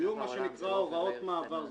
שיהיו מה שנקרא הוראות מעבר.